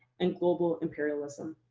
and global imperialism.